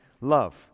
love